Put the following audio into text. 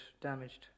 damaged